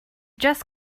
just